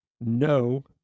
no